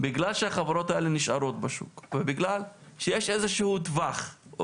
זאת מכיוון שהחברות האלה נשארות בשוק ובגלל שיש איזה שהוא טווח,